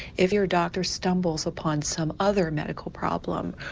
if your doctor stumbles upon some other medical problem,